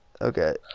Okay